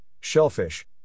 shellfish